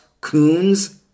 coons